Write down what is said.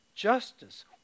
Justice